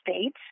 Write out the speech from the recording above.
states